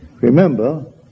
remember